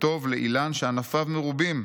וטוב לאילן שענפיו מרובים,